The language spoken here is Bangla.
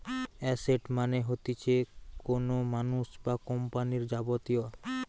এসেট মানে হতিছে কোনো মানুষ বা কোম্পানির যাবতীয়